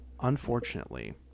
unfortunately